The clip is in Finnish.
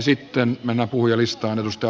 sitten mennään puhujalistaan